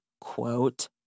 quote